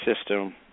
system